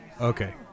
Okay